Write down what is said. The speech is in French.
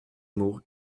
mots